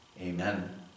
amen